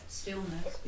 stillness